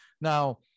now